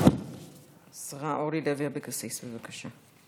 השרה אורלי לוי אבקסיס, בבקשה.